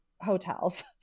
hotels